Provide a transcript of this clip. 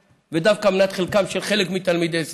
ודווקא מנת חלקם של חלק מתלמידי ישראל?